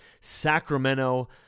Sacramento